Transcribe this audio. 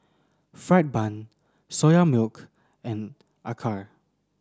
fried bun Soya Milk and acar